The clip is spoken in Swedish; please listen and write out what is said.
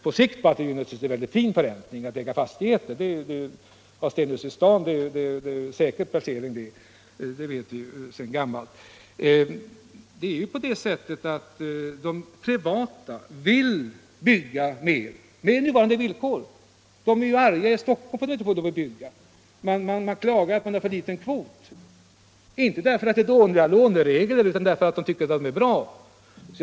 På sikt blev det ändå en mycket fin förräntning — att äga fastigheter exempelvis i innerstaden vet vi sedan gammalt är en säker placering. De privata vill bygga mer på nuvarande villkor. De är i Stockholm förargade över att de inte får bygga mera. De klagar över att de har fått för liten kvot, inte därför att det är dåliga låneregler utan därför att de tycker att lånereglerna är bra.